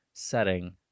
setting